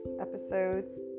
Episodes